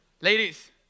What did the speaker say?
Ladies